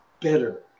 better